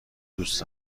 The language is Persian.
دوست